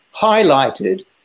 highlighted